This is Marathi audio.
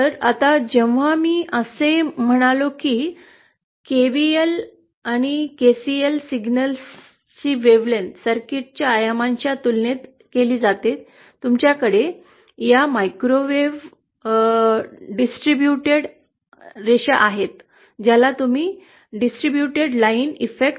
आता जेव्हा मी असे म्हणालो की केव्हाही सिग्नलची तरंगलांबी सर्किटच्या आयामांशी तुलना केली जाते तुमच्याकडे या मायक्रोवेव्ह वितरित रेषा आहेत ज्याला तुम्ही वितरित लाईन इफेक्ट म्हणता